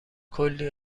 کلی